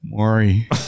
Maury